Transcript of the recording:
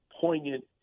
poignant